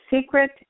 Secret